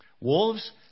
Wolves